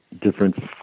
different